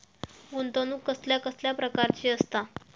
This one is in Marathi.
गुंतवणूक कसल्या कसल्या प्रकाराची असता?